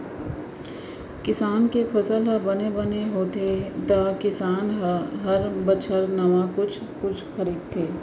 किसान के फसल ह बने बने होगे त किसान ह हर बछर नावा कुछ कुछ करथे